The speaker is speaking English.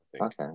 Okay